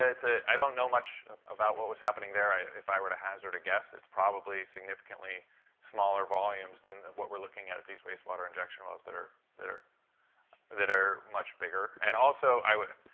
ah it's ah i don't know much about what was happening there. if i were to hazard a guess, it's probably significantly smaller volumes than what we're looking at at these wastewater injection wells that are that are that are much bigger. and also, i would